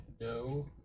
no